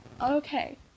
okay